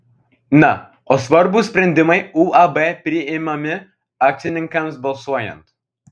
na o svarbūs sprendimai uab priimami akcininkams balsuojant